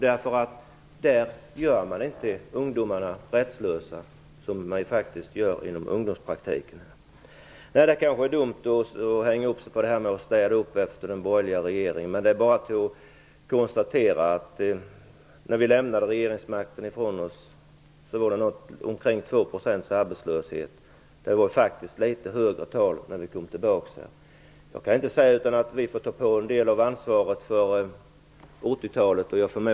Där gör man inte ungdomarna rättslösa, som man faktiskt gör inom ungdomspraktiken. Det är kanske dumt att hänga upp sig på uppstädningen efter den borgerliga regeringen, men det är bara att konstatera att arbetslösheten när vi lämnade regeringsmakten ifrån oss var 2 % men att det faktiskt var ett något högre tal när vi kom tillbaka. Jag kan inte säga annat än att vi får ta på oss en del av ansvaret för 80-talet.